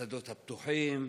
בשדות הפתוחים,